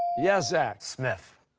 yes, zach? smith.